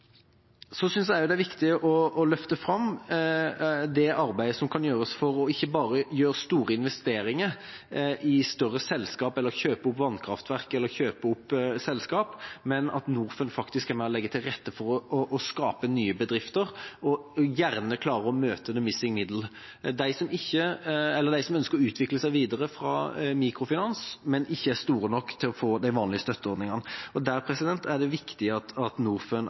synes også det er viktig å løfte fram det arbeidet som gjøres for ikke bare å gjøre store investeringer i større selskap eller kjøpe opp vannkraftverk eller selskap, men at Norfund faktisk er med på å legge til rette for å skape nye bedrifter og gjerne klarer å møte «the missing middle» – de som ønsker å utvikle seg videre fra mikrofinans, men ikke er store nok til å få del i de vanlige støtteordningene. Der er det viktig at Norfund